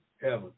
heaven